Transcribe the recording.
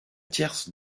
tierce